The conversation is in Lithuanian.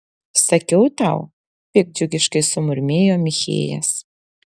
sakiau tau piktdžiugiškai sumurmėjo michėjas